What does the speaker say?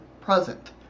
present